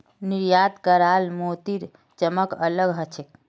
निर्यात कराल मोतीर चमक अलग ह छेक